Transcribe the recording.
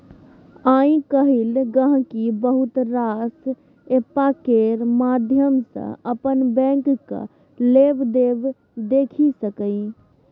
आइ काल्हि गांहिकी बहुत रास एप्प केर माध्यम सँ अपन बैंकक लेबदेब देखि सकैए